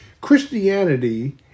Christianity